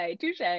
touche